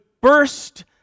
burst